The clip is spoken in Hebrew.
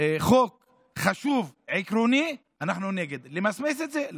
חוק חשוב, עקרוני, אנחנו נגד למסמס את זה.